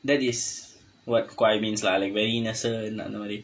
that is what guai means like very நேசன் அந்த மாதிரி:neesan andtha maathiri